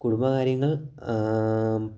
കുടുംബകാര്യങ്ങൾ